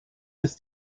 ist